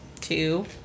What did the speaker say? two